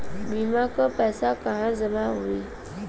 बीमा क पैसा कहाँ जमा होई?